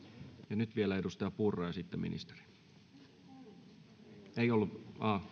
ja nyt vielä edustaja purra ja sitten ministeri ahaa ei ollut